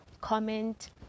comment